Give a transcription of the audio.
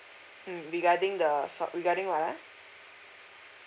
mm regarding the sort regarding what ah